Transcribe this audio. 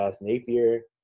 Napier